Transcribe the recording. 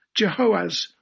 Jehoaz